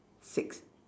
six